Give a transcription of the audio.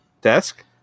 desk